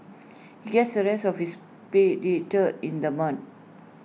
he gets the rest of his pay later in the month